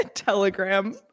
telegram